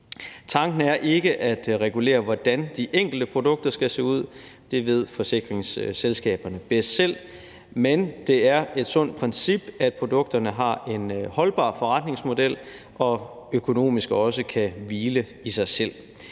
Tanken er ikke at regulere, hvordan de enkelte produkter skal se ud – det ved forsikringsselskaberne bedst selv – men det er et sundt princip, at produkterne har en holdbar forretningsmodel og økonomisk også kan hvile i sig selv.